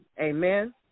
Amen